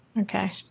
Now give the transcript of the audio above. Okay